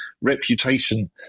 reputation